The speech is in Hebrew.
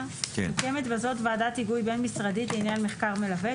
בזאת ועדת היגוי בין-משרדית לעניין מחקר מלווה,